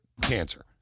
cancer